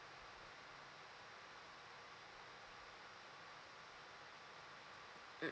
mm